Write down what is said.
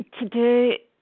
Today